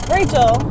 Rachel